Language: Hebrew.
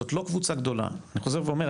זאת לא קבוצה גדולה, אני חוזר ואומר.